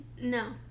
no